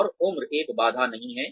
और उम्र एक बाधा नहीं है